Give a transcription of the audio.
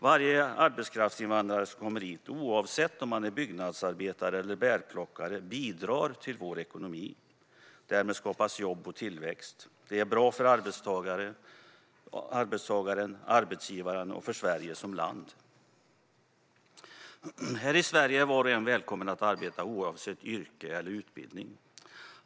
Varje arbetskraftsinvandrare som kommer hit - oavsett om man är byggnadsarbetare eller bärplockare - bidrar till vår ekonomi. Därmed skapas jobb och tillväxt. Det är bra för arbetstagaren, arbetsgivaren och för Sverige som land. Här i Sverige är var och en välkommen att arbeta, oavsett yrke eller utbildning.